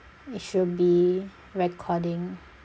it should be recording